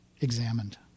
examined